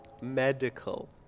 Medical